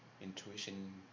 intuition